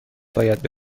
باید